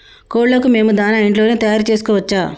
కోళ్లకు మేము దాణా ఇంట్లోనే తయారు చేసుకోవచ్చా?